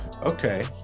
Okay